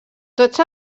tots